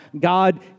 God